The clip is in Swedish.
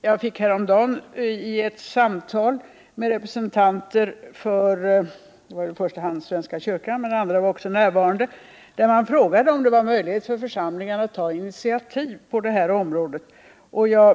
Jag fick häromdagen i ett samtal med representanter för i första hand svenska kyrkan — men andra var också närvarande — frågan om det var möjligt för församlingarna att ta initiativ på det här området.